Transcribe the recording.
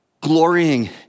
glorying